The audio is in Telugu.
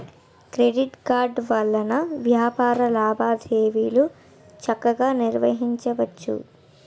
క్రెడిట్ కార్డు వలన వ్యాపార లావాదేవీలు చక్కగా నిర్వహించవచ్చు